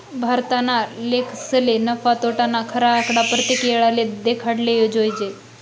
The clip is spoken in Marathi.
भारतना लेखकसले नफा, तोटाना खरा आकडा परतेक येळले देखाडाले जोयजे